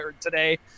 today